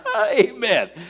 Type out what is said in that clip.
Amen